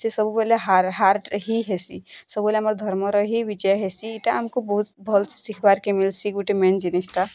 ସେ ସବୁବେଲେ ହାର୍ ହାର୍ ହି ହେସି ସବୁବେଲେ ଆମର୍ ଧର୍ମର ହି ବିଜୟ ହେସି ଏଇଟା ଆମକୁ ବହୁତ୍ ଭଲ୍ସେ ଶିଖିବାର୍ କେ ମିଲ୍ସି ଗୋଟେ ମେନ୍ ଜିନିଷ୍ଟା